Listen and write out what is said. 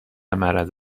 معرض